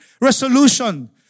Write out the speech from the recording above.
resolution